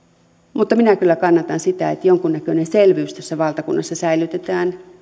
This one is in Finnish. mutta minä kyllä kannatan sitä että jonkunnäköinen selvyys tässä valtakunnassa säilytetään